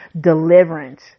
deliverance